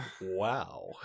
Wow